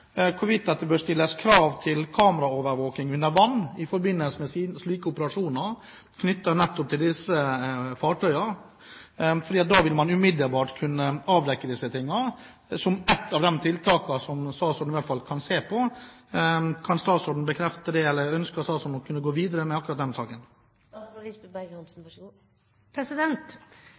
hvorvidt det bør stilles krav til kameraovervåking under vann i forbindelse med operasjoner knyttet nettopp til slike fartøyer, for da vil man umiddelbart kunne avdekke dette? Kan det være ett av de tiltakene statsråden i hvert fall kan se på? Kan statsråden bekrefte det, eller ønsker statsråden å gå videre med akkurat den saken?